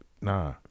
nah